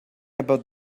about